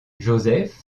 joseph